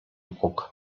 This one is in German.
ruck